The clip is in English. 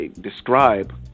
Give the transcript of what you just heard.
describe